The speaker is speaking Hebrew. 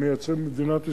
מייצרים במדינת ישראל,